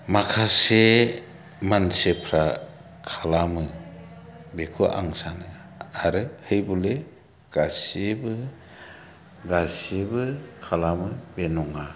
माखासे मानसिफ्रा खालामो बेखौ आं सानो आरो है बले गासैबो गासैबो खालामो बे नङा